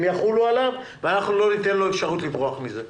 הם יחולו עליו ואנחנו לא ניתן לו אפשרות לברוח מזה.